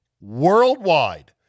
worldwide